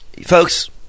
folks